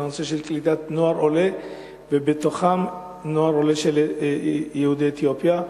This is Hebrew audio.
בנושא של קליטת נוער עולה ובתוכו נוער עולה מיהודי אתיופיה.